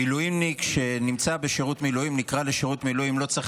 מילואימניק שנמצא בשירות מילואים ונקרא לשירות מילואים לא צריך